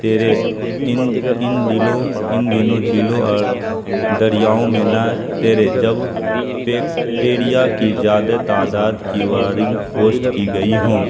تیرے ان ان دلوں ان دنوں جھیلوں اور دریاؤں میں نہ تیرے جب بیکٹیریا کی زیادہ تعداد کی وارنگ پوسٹ کی گئی ہوں